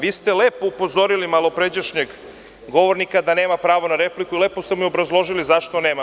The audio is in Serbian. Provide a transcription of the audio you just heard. Vi ste lepo upozorili malopređašnjeg govornika da nema pravo na repliku i lepo ste mu obrazložili zašto nema prava.